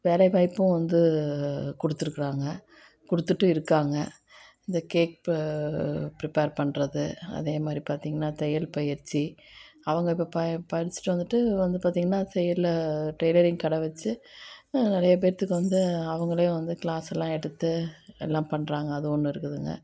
வேலைவாய்ப்பும் வந்து கொடுத்துருக்குறாங்க கொடுத்துட்டு இருக்காங்க இந்த கேக் ப்ரிப்பேர் பண்ணுறது அதே மாதிரி பார்த்தீங்கன்னா தையல் பயிற்சி அவங்க இப்போ ப படிச்சுட்டு வந்துட்டு வந்து பார்த்தீங்கன்னா சைடில் டெய்லரிங் கடை வச்சு நிறைய பேருத்துக்கு வந்து அவர்களே வந்து க்ளாஸெல்லாம் எடுத்து எல்லாம் பண்ணுறாங்க அது ஒன்று இருக்குதுங்க